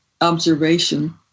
observation